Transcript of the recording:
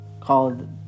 called